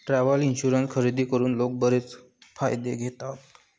travel insurance खरेदी करून लोक बरेच फायदे घेतात